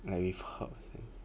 like with herbs